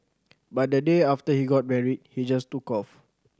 but the day after he got married he just took off